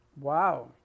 Wow